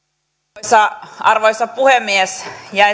arvoisa arvoisa puhemies